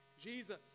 Jesus